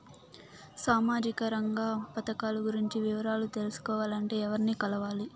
సామాజిక రంగ పథకాలు గురించి వివరాలు తెలుసుకోవాలంటే ఎవర్ని కలవాలి?